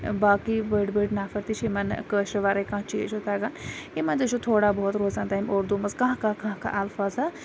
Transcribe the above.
باقٕے بٔڑ بٔڑ نَفَر تہِ چھِ یِمَن کٲشرِ وَرٲے کانٛہہ چیٖز چھُ تَگان یِمَن تہِ چھُ تھوڑا بہت روزان تمہِ اردو مَنٛز کانٛہہ کانٛہہ کانٛہہ کانٛہہ اَلفاظہ